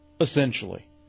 essentially